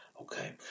Okay